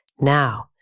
Now